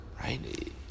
right